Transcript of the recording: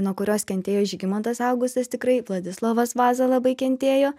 nuo kurios kentėjo žygimantas augustas tikrai vladislovas vaza labai kentėjo